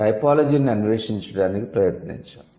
టైపోలాజీని అన్వేషించడానికి ప్రయత్నించాము